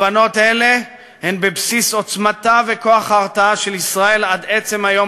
הבנות אלו הן בבסיס העוצמה וכוח ההרתעה של ישראל עד עצם היום,